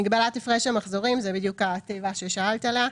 "מגבלת הפרש המחזורים" זו בדיוק התיבה ששאלת עליה.